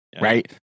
right